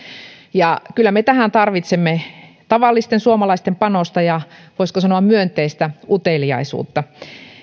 kyllä me tähän tarvitsemme tavallisten suomalaisten panosta ja voisiko sanoa myönteistä uteliaisuutta